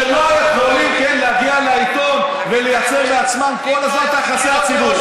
שלא יכולים להגיע לעיתון ולייצר לעצמם כל הזמן את יחסי הציבור.